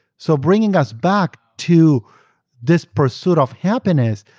so, bringing us back to this pursuit of happiness,